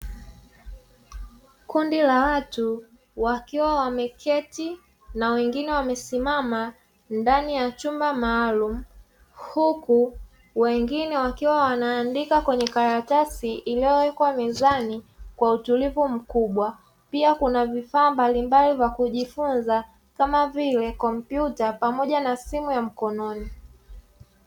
Kundi la watu wakiwa wameketi na wengine wamesimama ndani ya chumba maalumu, huku wengine wakiwa wanaandika kwenye karatasi iliyowekwa mezani kwa utulivu mkubwa, pia kuna vifaa mbalimbali vya kujifunza kama vile kompyuta mpakato pamoja na simu za mkononi.